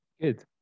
Good